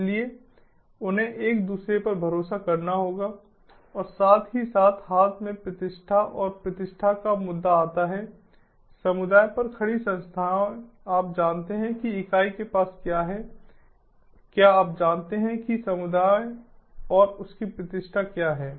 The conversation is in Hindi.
इसलिए उन्हें एक दूसरे पर भरोसा करना होगा और साथ ही साथ हाथ में प्रतिष्ठा और प्रतिष्ठा का मुद्दा आता है समुदाय पर खड़ी संस्थाएँ आप जानते हैं कि इकाई के पास क्या है क्या आप जानते हैं कि समुदाय में उसकी प्रतिष्ठा क्या है